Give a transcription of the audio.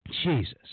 Jesus